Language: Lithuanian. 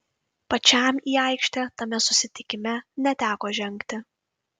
pačiam į aikštę tame susitikime neteko žengti